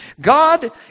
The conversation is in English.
God